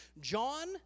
John